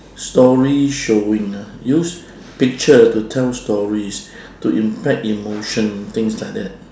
story showing ah use picture to tell stories to impact emotion things like that